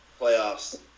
playoffs